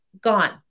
Gone